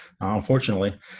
unfortunately